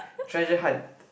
treasure hunt